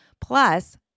plus